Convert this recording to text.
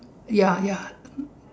ya ya